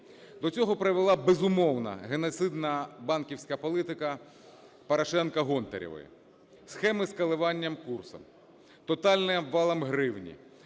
До цього привела, безумовно, геноцидна банківська політика Порошенка - Гонтаревої, схеми з коливанням курсу, тотальним обвалом гривні